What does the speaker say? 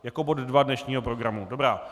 Jako bod 2 dnešního programu, dobrá.